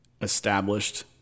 established